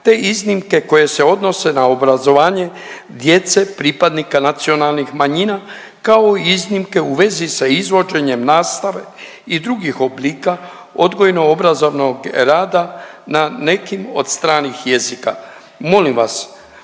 te iznimke koje se odnose na obrazovanje djece pripadnika nacionalnih manjina kao i iznimke u vezi sa izvođenjem nastave i drugih oblika odgojno-obrazovnog rada na nekim od stranih jezika. Molim vas